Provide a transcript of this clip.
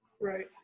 Right